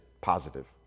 positive